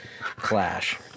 clash